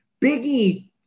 Biggie